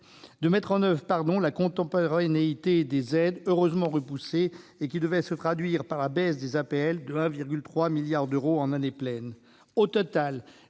de mettre en oeuvre la contemporanéité des aides, heureusement repoussée, qui devait se traduire par une baisse de 1,3 milliard d'euros des APL en année pleine.